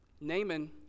Naaman